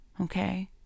okay